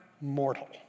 mortal